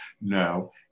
No